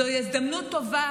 זוהי הזדמנות טובה,